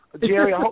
Jerry